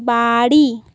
বাড়ি